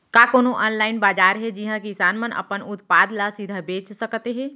का कोनो अनलाइन बाजार हे जिहा किसान मन अपन उत्पाद ला सीधा बेच सकत हे?